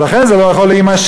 לכן זה לא יכול להימשך.